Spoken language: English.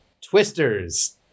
Twister's